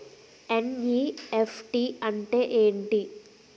NEFT అంటే ఎంటి?